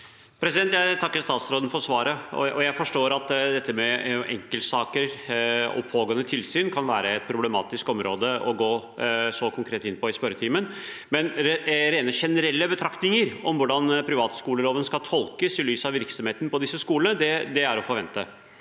Jeg takker statsråden for svaret. Jeg forstår at dette med enkeltsaker og pågående tilsyn kan være et problematisk område å gå så konkret inn på i spørretimen, men rent generelle betraktninger om hvordan privatskoleloven skal tolkes i lys av virksomheten på disse skolene, er å forvente.